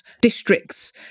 districts